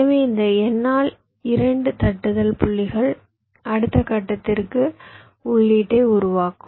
எனவே இந்த N ஆல் 2 தட்டுதல் புள்ளிகள் அடுத்த கட்டத்திற்கு உள்ளீட்டை உருவாக்கும்